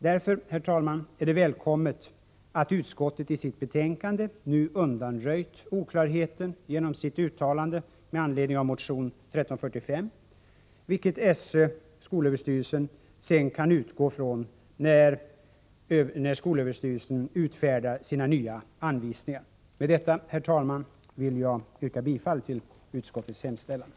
Därför, herr talman, är det välkommet att utskottet i sitt betänkande nu undanröjt oklarheten genom sitt uttalande med anledning av motion 1345, vilket skolöverstyrelsen sedan kan utgå ifrån när den utfärdar sina nya anvisningar. Med detta, herr talman, vill jag yrka bifall till utskottets hemställan.